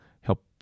help